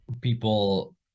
people